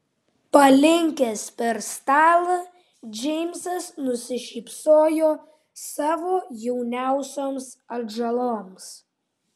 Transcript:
palinkęs per stalą džeimsas nusišypsojo savo jauniausioms atžaloms